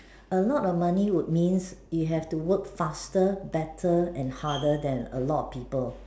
a lot of money would means you have to work faster better and harder than a lot of people